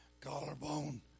collarbone